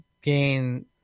gain